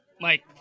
Mike